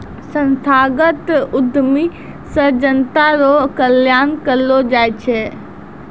संस्थागत उद्यमी से जनता रो कल्याण करलौ जाय छै